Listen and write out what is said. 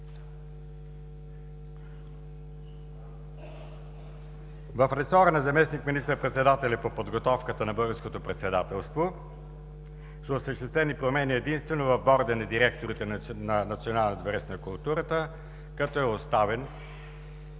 В ресора на заместник министър-председателя по подготовката на българското председателство са осъществени промени единствено в борда на директорите на Националния дворец